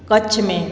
कच्छ में